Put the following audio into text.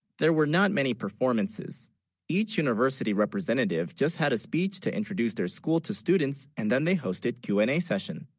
there were not many performances each university representative just had a speech to introduce their school to students and then they hosted q and a session